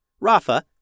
Rafa